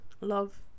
love